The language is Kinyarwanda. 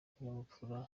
ikinyabupfura